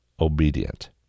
Obedient